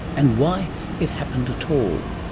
and why it happened at all.